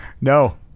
No